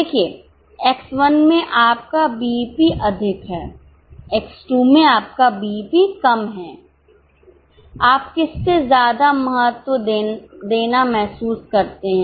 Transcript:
देखिए X 1 में आपका बीईपी अधिक है X 2 में आपका बीईपी कम है आप किस से ज्यादा महत्व देना महसूस करते हैं